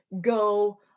go